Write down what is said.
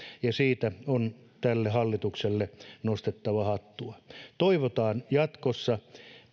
ja siitä on tälle hallitukselle nostettava hattua toivotaan jatkossa